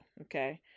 okay